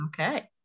Okay